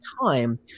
time